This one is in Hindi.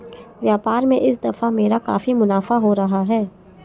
व्यापार में इस दफा मेरा काफी मुनाफा हो रहा है